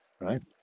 right